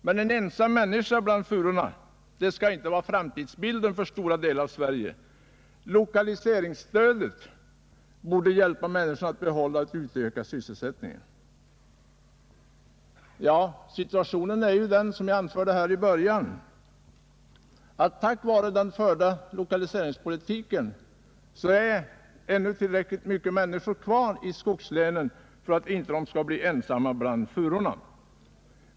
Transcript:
Men en ensam människa bland furorna — det ska inte vara framtidsbilden för stora delar av Sverige. Lokaliseringsstödet borde hjälpa människorna att behålla och utöka sysselsättningen.” Ja, situationen är — som jag sade inledningsvis — den att på grund av den förda lokaliseringspolitiken finns det ännu tillräckligt mycket människor kvar i skogslänen för att man inte skall vara ensam bland furorna.